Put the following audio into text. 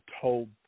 told